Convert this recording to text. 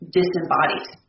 disembodied